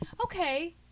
okay